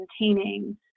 maintaining